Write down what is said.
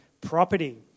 property